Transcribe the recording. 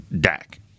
Dak